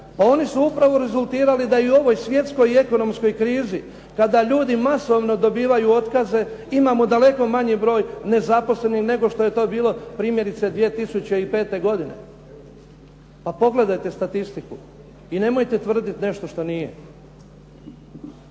Pa oni su upravo rezultirali da i u ovoj svjetskoj i ekonomskoj krizi kada ljudi masovno dobivaju otkaze imamo daleko manji broj nezaposlenih nego što je to bilo primjerice 2005. godine. Pa pogledajte statistiku i nemojte tvrditi nešto što nije.